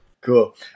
Cool